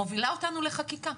מובילה אותנו לחקיקה,